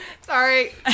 Sorry